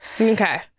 Okay